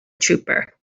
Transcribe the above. trooper